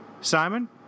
Simon